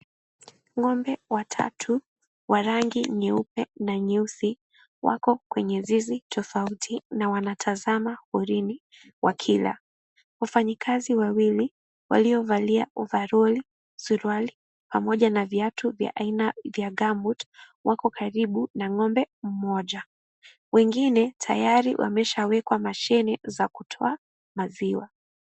Ng'ombe watatu wa rangi nyeupe na nyeusi wako kwenye zizi tofauti na wanatazama porini wakila. Wafanyakazi waliovalia ovaroli, suruali pamoja na viatu vya aina ya gumboot wako karibu na ng'ombe mmoja. Wengine tayari wameshawekwa mashini za kutoa maziwa.